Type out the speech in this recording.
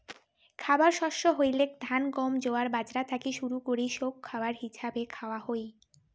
খাবার শস্য হইলেক ধান, গম, জোয়ার, বাজরা থাকি শুরু করি সৌগ খাবার হিছাবে খাওয়া হই